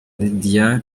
lydia